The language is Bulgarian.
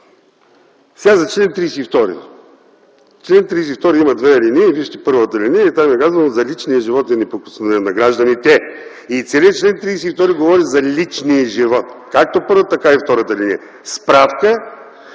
За чл. 32. Член 32 има две алинеи. Вижте първата алинея – там е казано за личния живот и неприкосновеност на гражданите. И чл. 32 говори за личния живот. Както първата, така и втората алинея. Справка